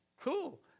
cool